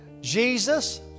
Jesus